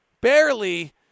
barely